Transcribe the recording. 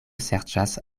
serĉas